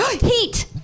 Heat